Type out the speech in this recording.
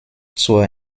zur